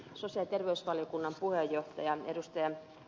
sosiaali ja terveysvaliokunnan puheenjohtaja ed